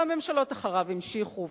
והממשלות אחריו המשיכו ואמרו,